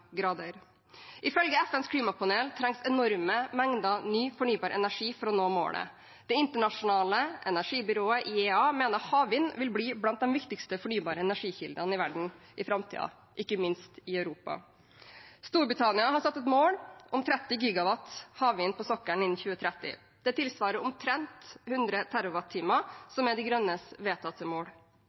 grader. Ifølge FNs klimapanel trengs det enorme mengder ny fornybar energi for å nå målet. Det internasjonale energibyrået, IEA, mener havvind vil bli blant de viktigste fornybare energikildene i verden i framtiden, ikke minst i Europa. Storbritannia har satt et mål om 30 GW havvind på sokkelen innen 2030. Det tilsvarer omtrent 100 TWh, som er De Grønnes vedtatte mål.